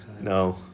No